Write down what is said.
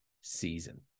season